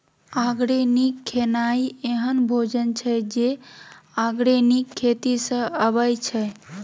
organic खेनाइ एहन भोजन छै जे आर्गेनिक खेती सँ अबै छै